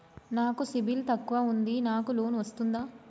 నాకు సిబిల్ తక్కువ ఉంది నాకు లోన్ వస్తుందా?